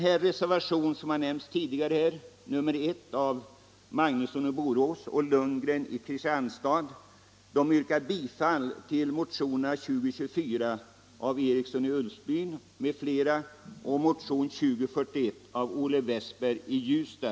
I reservationen 1 av herrar Magnusson i Borås och Lundgren i Kristianstad yrkas bifall till motionerna 2024 av herr Eriksson i Ulfsbyn m.fl. och 2041 av herr Westberg i Ljusdal.